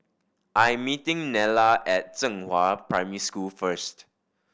I am meeting Nella at Zhenghua Primary School first